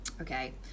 Okay